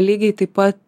lygiai taip pat